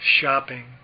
shopping